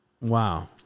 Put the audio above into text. wow